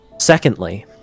secondly